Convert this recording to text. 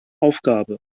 aufgabe